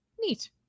neat